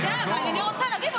את לא --- אבל אני רוצה להגיב.